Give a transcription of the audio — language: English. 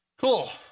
cool